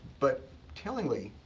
but tellingly,